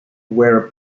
wear